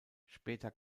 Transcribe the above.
später